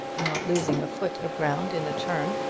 not losing a foot of ground in the turn,